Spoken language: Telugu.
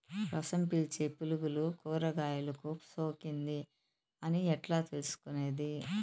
రసం పీల్చే పులుగులు కూరగాయలు కు సోకింది అని ఎట్లా తెలుసుకునేది?